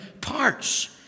parts